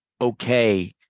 okay